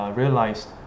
realized